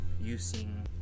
using